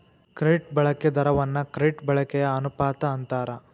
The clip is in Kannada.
ಕ್ರೆಡಿಟ್ ಬಳಕೆ ದರವನ್ನ ಕ್ರೆಡಿಟ್ ಬಳಕೆಯ ಅನುಪಾತ ಅಂತಾರ